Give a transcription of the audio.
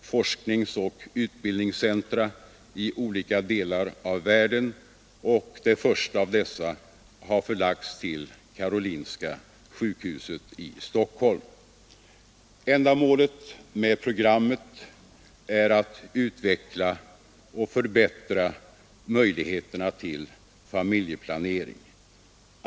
forskningsoch utbildningscentra i olika delar av världen, och det första av dessa har förlagts till Karolinska sjukhuset i Stockholm. Ändamålet med programmet är att utveckla och förbättra möjligheterna till familjeplanering.